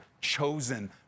chosen